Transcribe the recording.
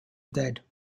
dead